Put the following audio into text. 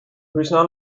person